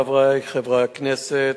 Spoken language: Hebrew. חברי חברי הכנסת,